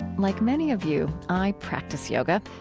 like many of you, i practice yoga,